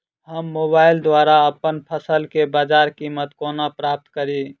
हम मोबाइल द्वारा अप्पन फसल केँ बजार कीमत कोना प्राप्त कड़ी?